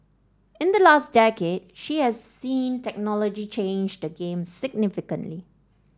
in the last decade she has seen technology change the game significantly